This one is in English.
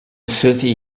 city